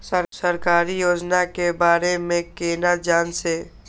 सरकारी योजना के बारे में केना जान से?